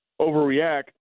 overreact